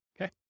Okay